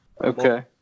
Okay